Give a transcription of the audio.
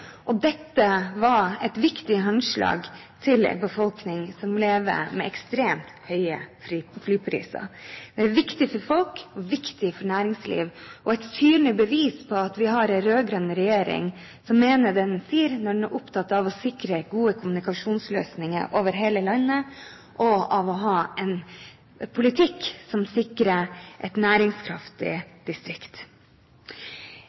og dette var et viktig håndslag til en befolkning som lever med ekstremt høye flypriser. Det er viktig for folk, og det er viktig for næringsliv, og et synlig bevis for at vi har en rød-grønn regjering som mener det den sier når man er opptatt av å sikre gode kommunikasjonsløsninger over hele landet, og av å ha en politikk som sikrer et næringskraftig